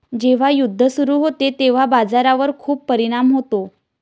जेव्हा युद्ध सुरू होते तेव्हा बाजारावर खूप परिणाम होतो